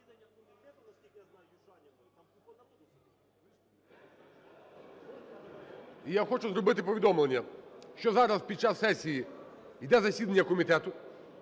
я хочу зробити повідомлення, що зараз, під час сесії, йде засідання комітету.